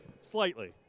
Slightly